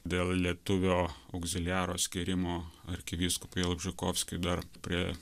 dėl lietuvio augziliaro skyrimo arkivyskupą jalbžykovskį dar prie